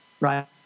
right